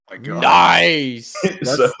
Nice